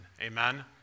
Amen